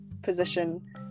position